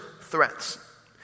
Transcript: threats